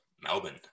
Melbourne